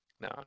no